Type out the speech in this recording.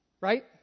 Right